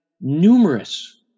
numerous